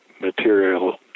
material